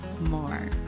more